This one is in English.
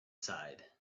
side